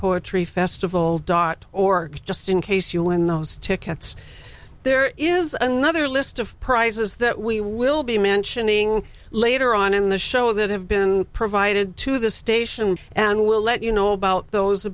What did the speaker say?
poetry festival dot org just in case you win those tickets there is another list of prizes that we will be mentioning later on in the show that have been provided to the station and we'll let you know about those a